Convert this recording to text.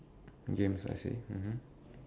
games I see mmhmm